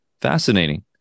fascinating